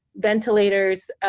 ventilators,